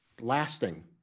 lasting